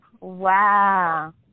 Wow